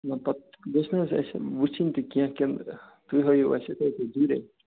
پتہٕ گٔژھِ نہٕ حظ أسۍ وٕچھِن تہِ کیٚنہہ کِنہٕ تُہۍ ہٲیِو اَسہِ یِتھَے پٲٹھۍ دوٗرے